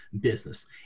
business